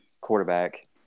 quarterback